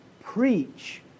preach